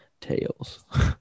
tails